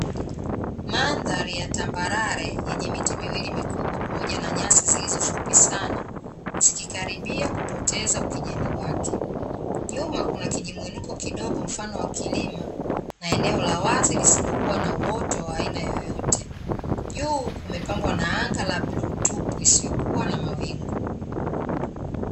Mandhari ya tambarare yenye miti miwili mikubwa pamoja na nyasi zilizo fupi sana zikikaribia kupoteza ukijani wake. Nyuma kuna kijimwinuko kwa mfano wa kilima na eneo la wazi lisilokua na uoto wa aina yoyote. Juu kumepambwa na anga la bluu tupu isiyokua na mawingu.